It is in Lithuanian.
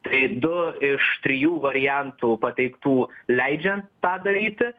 tai du iš trijų variantų pateiktų leidžiant tą daryti